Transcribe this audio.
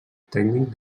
tècnic